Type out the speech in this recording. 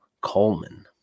Coleman